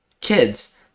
kids